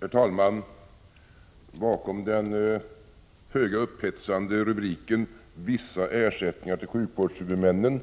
Herr talman! Bakom den föga upphetsande rubriken Vissa ersättningar till sjukvårdshuvudmännen